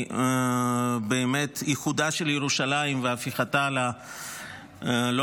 היא באמת איחודה של ירושלים והפיכתה לא